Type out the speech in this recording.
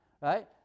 Right